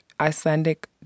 Icelandic